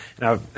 Now